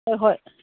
ꯍꯣꯏ ꯍꯣꯏ